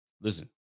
Listen